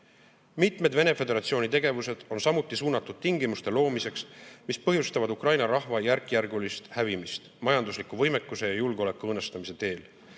Vene Föderatsiooni tegevused on samuti suunatud tingimuste loomiseks, mis põhjustavad Ukraina rahva järkjärgulist hävimist majandusliku võimekuse ja julgeoleku õõnestamise teel.